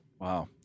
Wow